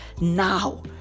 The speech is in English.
now